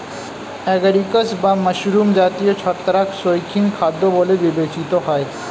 agaricus বা mushroom জাতীয় ছত্রাক শৌখিন খাদ্য বলে বিবেচিত হয়